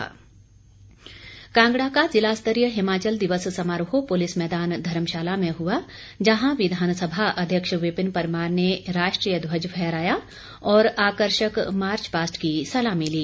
कांगडा दिवस कांगड़ा का ज़िला स्तरीय हिमाचल दिवस समारोह पुलिस मैदान धर्मशाला में हुआ जहां विधानसभा अध्यक्ष विपिन परमार ने राष्ट्रीय ध्वज फहराया और आकर्षक मार्चपास्ट की सलामी ली